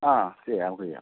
ആ ചെയ്യാം നമുക്ക് ചെയ്യാം